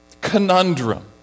conundrum